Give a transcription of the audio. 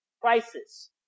prices